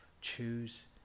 choose